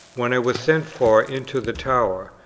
when i was sent for into the tower,